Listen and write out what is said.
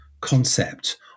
concept